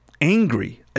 Angry